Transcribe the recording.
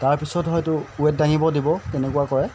তাৰপিছত হয়তো ৱেট দাঙিব দিব তেনেকুৱা কৰে